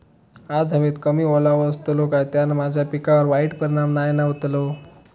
आज हवेत कमी ओलावो असतलो काय त्याना माझ्या पिकावर वाईट परिणाम नाय ना व्हतलो?